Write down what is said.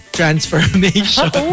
transformation